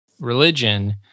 religion